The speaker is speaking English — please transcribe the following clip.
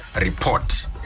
report